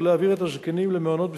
ולהעביר את הזקנים למעונות בפיקוח.